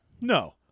No